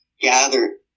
gather